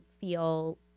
feel